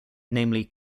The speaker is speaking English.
namely